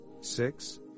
six